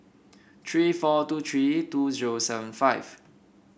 three four two three two zero seven five